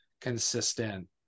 consistent